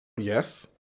yes